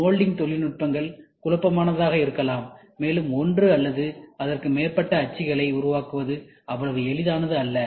moulding தொழில்நுட்பங்கள் குழப்பமானதாக இருக்கலாம் மேலும் ஒன்று அல்லது அதற்கு மேற்பட்ட அச்சுகளை உருவாக்குவது அவ்வளவு எளிதானது அல்ல